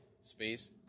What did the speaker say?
space